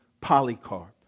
Polycarp